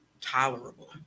tolerable